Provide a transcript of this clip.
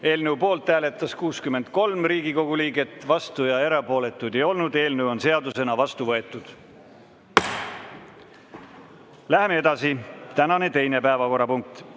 Eelnõu poolt hääletas 63 Riigikogu liiget, vastu ja erapooletuid ei olnud. Eelnõu on seadusena vastu võetud. Läheme edasi. Tänane teine päevakorrapunkt.